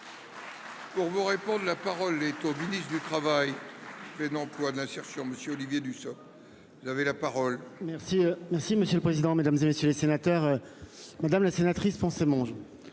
Pour me répondre. La parole est au ministre du Travail. Mais non. De l'insertion monsieur Olivier Dussopt. J'avais la parole. Merci, merci monsieur le président, Mesdames, et messieurs les sénateurs. Madame la sénatrice, forcément.